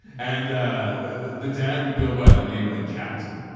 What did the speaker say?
and the dad would go by the name of the captain